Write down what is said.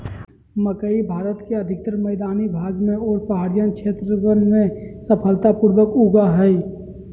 मकई भारत के अधिकतर मैदानी भाग में और पहाड़ियन क्षेत्रवन में सफलता पूर्वक उगा हई